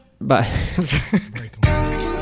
bye